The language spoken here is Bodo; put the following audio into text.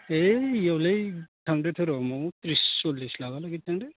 होइ इयावलाय थांदों थ' र' थ्रिस सरलिस लाख हालागै थांदों